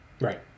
right